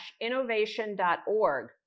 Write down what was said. innovation.org